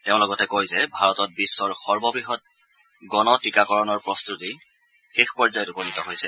তেওঁ লগতে কয় যে ভাৰতত বিশ্বৰ সৰ্ব বৃহৎ গণ টীকাকৰণৰ প্ৰস্তাতি শেষ পৰ্যায়ত উপনীত হৈছে